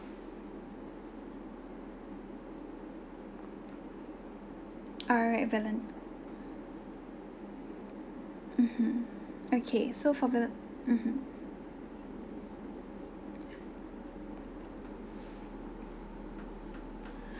alright valent~ mmhmm okay so for the mmhmm